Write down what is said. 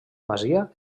masia